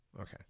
Okay